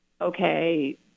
okay